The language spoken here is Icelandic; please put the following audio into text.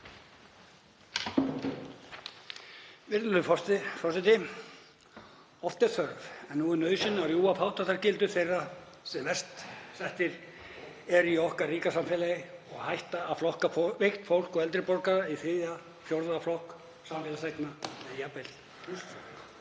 Virðulegur forseti. Oft er þörf en nú er nauðsyn að rjúfa fátæktargildru þeirra sem verst settir er í okkar ríka samfélagi og hætta að flokka veikt fólk og eldri borga í þriðja eða fjórða flokk samfélagsþegna, jafnvel